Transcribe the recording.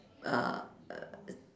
err